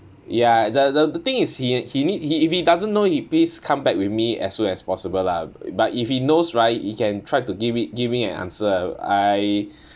ya the the the thing is he he need he if he doesn't know he please come back with me as soon as possible lah but if he knows right he can try to give it give me an answer I